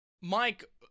Mike